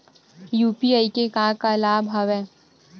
UPI के का का लाभ हवय?